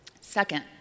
Second